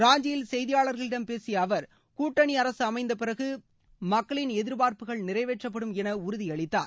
ராஞ்சியில் செய்தியாளர்களிடம் பேசிய அவர் கூட்டணி அரசு அளமந்த பிறகு மக்களின் எதிர்பார்ப்புகள் நிறைவேற்றப்படும் என உறுதி அளித்தார்